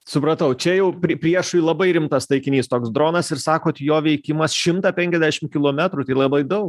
supratau čia jau pri priešui labai rimtas taikinys toks dronas ir sakot jo veikimas šimtą penkiasdešimt kilometrų tai labai daug